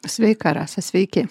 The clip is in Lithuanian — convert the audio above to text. sveika rasa sveiki